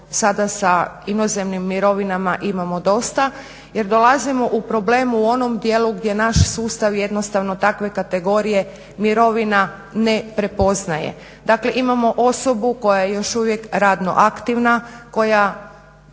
sada sa inozemnim mirovinama imamo dosta jer dolazimo u problem u onom dijelu gdje naš sustav jednostavno takve kategorije mirovina ne prepoznaje. Dakle imamo osobu koja još uvijek radno aktivna, koja